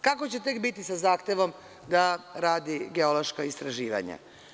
Kako će tek biti sa zahtevom da radi geološka istraživanja?